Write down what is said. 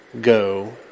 go